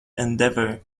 endeavor